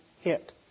hit